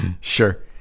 sure